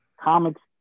Comics